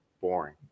boring